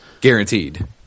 guaranteed